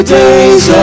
days